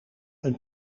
een